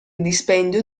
dispendio